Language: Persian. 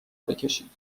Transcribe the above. بکشید